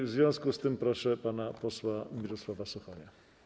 W związku z tym proszę pana posła Mirosława Suchonia.